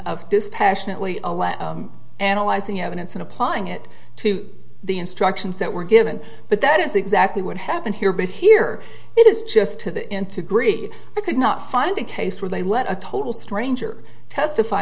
dispassionately analyzing evidence and applying it to the instructions that were given but that is exactly what happened here but here it is just to the end to greed i could not find a case where they let a total stranger testify